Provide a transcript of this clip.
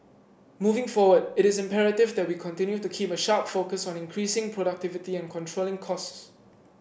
moving forward it is imperative that we continue to keep a sharp focus on increasing productivity and controlling costs